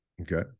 Okay